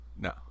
No